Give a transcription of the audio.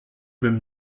même